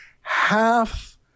Half